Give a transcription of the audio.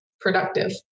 productive